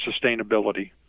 sustainability